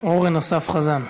אורן אסף חזן.